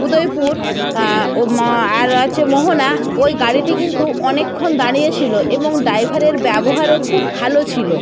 উদয়পুর ও মা আর আছে মোহনা ওই গাড়িটি কিন্তু অনেকক্ষণ দাঁড়িয়েছিল এবং ড্রাইভারের ব্যবহারও খুব ভালো ছিল